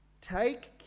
take